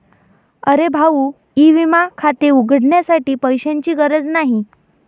अरे भाऊ ई विमा खाते उघडण्यासाठी पैशांची गरज नाही